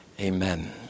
Amen